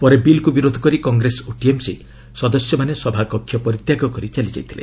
ପରେ ବିଲ୍କୁ ବିରୋଧ କରି କଂଗ୍ରେସ ଓ ଟିଏମ୍ସି ସଦସ୍ୟମାନେ ସଭା କକ୍ଷ୍ୟ ପରିତ୍ୟାଗ କରି ଚାଲିଯାଇଥିଲେ